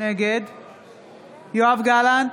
נגד יואב גלנט,